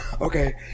Okay